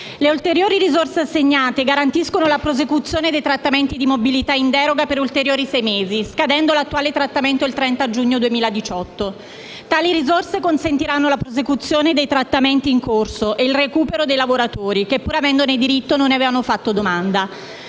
Le ulteriori risorse assegnate garantiscono la prosecuzione dei trattamenti di mobilità in deroga per ulteriori sei mesi, scadendo l'attuale trattamento il 30 giugno 2018. Tali risorse consentiranno la prosecuzione dei trattamenti in corso e il recupero dei lavoratori che, pur avendone diritto, non ne avevano fatto domanda.